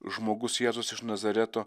žmogus jėzus iš nazareto